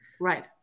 right